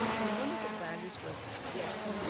and one of the values was, yes,